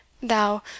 thou